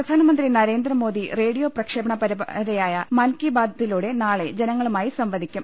പ്രധാനമന്ത്രി നരേന്ദ്രമോദി റേഡിയോ പ്രക്ഷേപണ പരമ്പരയായ മൻ കി ബാതിലൂടെ നാളെ ജനങ്ങളുമായി സംവദിക്കും